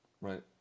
Right